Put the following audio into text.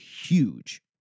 huge